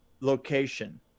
location